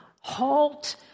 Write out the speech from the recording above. halt